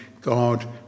God